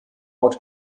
ort